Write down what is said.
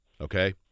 okay